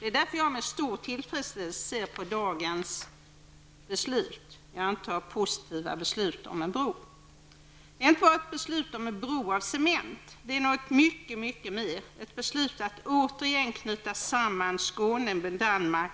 Det är därför jag med stor tillfredsställelse ser på dagens, jag antar positiva, beslut om en bro. Det är inte bara fråga om ett beslut om en bro av cement, utan det är något mycket mer, nämligen ett beslut att återigen närmare än under de senaste decennierna knyta samman Skåne med Danmark.